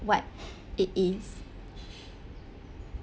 what it is